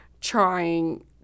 trying